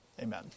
Amen